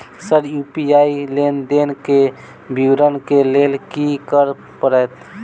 Sir UPI लेनदेन केँ विवरण केँ लेल की करऽ परतै?